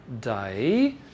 day